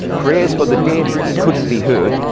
prayers for the dead couldn't be heard.